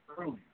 earlier